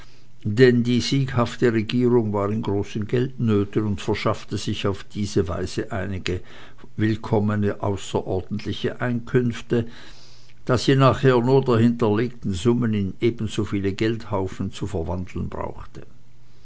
denn die sieghafte regierung war in großen geldnöten und verschaffte sich auf diese weise einige willkommene außerordentliche einkünfte da sie nachher nur die hinterlegten summen in ebenso viele geldbußen zu verwandeln brauchte